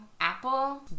Apple